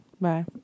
Bye